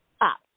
up